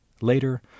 Later